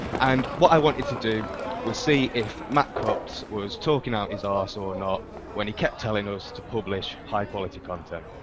and what i wanted to do was to see if matt cutts was talking out his ass or not when he kept telling us to publish high quality content.